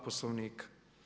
Poslovnika.